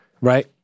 Right